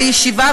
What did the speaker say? בישיבה,